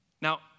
Now